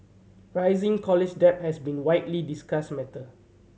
rising college debt has been widely discussed matter